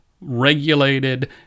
regulated